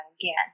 again